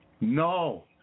No